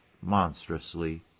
monstrously